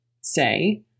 Say